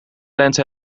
lente